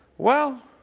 well,